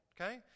okay